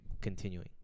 continuing